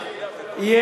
אז מה יהיה?